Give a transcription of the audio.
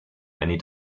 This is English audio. many